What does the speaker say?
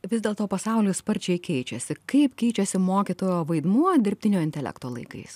vis dėlto pasaulis sparčiai keičiasi kaip keičiasi mokytojo vaidmuo dirbtinio intelekto laikais